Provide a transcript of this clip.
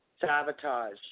Sabotage